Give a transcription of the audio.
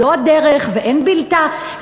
זו הדרך ואין בלתה,